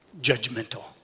judgmental